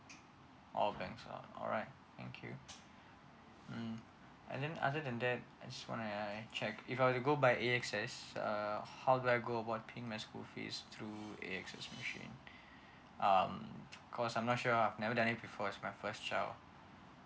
all banks lah alright thank you mm and then other than that I just wanna check if I go by AXS uh how do I go about paying my school fees through AXS machine um cause I'm not sure I've never done it before it's my first child